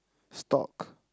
stalk